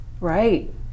Right